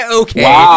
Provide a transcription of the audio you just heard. okay